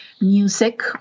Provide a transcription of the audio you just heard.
music